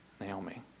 Naomi